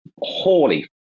Holy